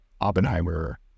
Oppenheimer